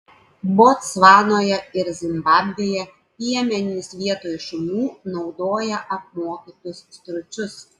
botsvanoje ir zimbabvėje piemenys vietoj šunų naudoja apmokytus stručius